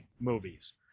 movies